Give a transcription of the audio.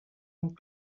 amb